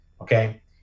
okay